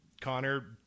Connor